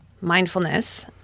mindfulness